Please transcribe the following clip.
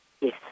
Yes